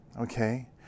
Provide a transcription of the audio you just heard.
Okay